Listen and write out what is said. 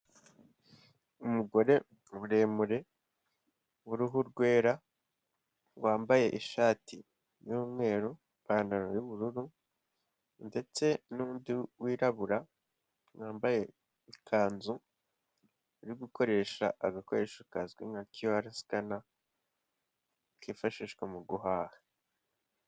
Umugore muremure w'uruhu rwera wambaye ishati y'umweru, ipantaro y'ubururu ndetse n'undi wirabura wambaye ikanzu uri gukoresha agakoresho kazwi nka kiyu ara sikana kifashishwa mu guhaha.